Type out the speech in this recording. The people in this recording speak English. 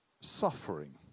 suffering